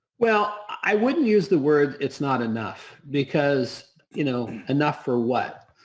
well, i wouldn't use the word it's not enough because you know enough for what?